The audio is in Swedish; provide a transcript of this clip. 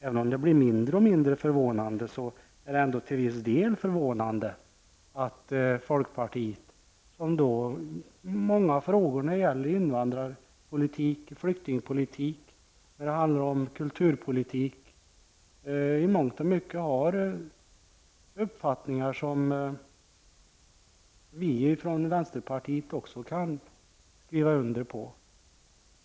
Även om det blir mindre och mindre förvånande, är det ändå till viss del förvånansvärt att folkpartiet accepterar en sådan nedskärning. Folkpartiet har när det gäller invandrarpolitik, flyktingpolitik och kulturpolitik i mångt och mycket uppfattningar som vi i vänsterpartiet också kan skriva under på.